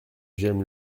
j’aime